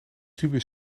tube